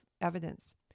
evidence